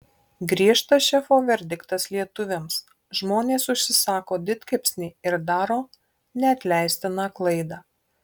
griežtas šefo verdiktas lietuviams žmonės užsisako didkepsnį ir daro neatleistiną klaidą